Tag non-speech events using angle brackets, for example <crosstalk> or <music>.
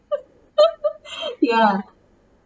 <laughs> ya